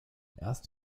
erst